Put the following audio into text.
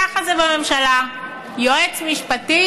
אבל ככה זה בממשלה: יועץ משפטי?